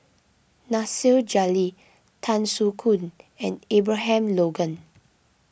Nasir Jalil Tan Soo Khoon and Abraham Logan